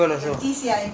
my friends lah